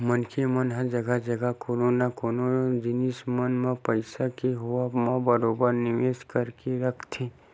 मनखे मन ह जघा जघा कोनो न कोनो जिनिस मन म पइसा के होवब म बरोबर निवेस करके रखथे